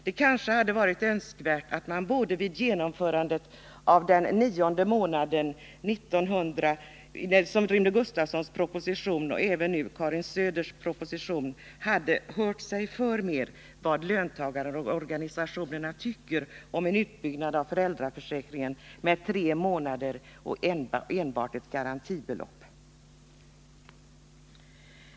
Det kanske hade varit önskvärt att man både vid genomförandet av den nionde ledighetsmånaden enligt Rune Gustavssons proposition och nu även i samband med utarbetandet av Karin Söders proposition hade hört efter vad löntagarorganisationerna tycker om en utbyggnad av föräldraförsäkringen med tre månader enbart med ett garantibelopp.